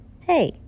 hey